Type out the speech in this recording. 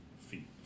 feet